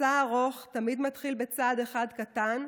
מסע ארוך תמיד מתחיל בצעד אחד קטן,